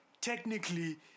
technically